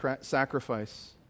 sacrifice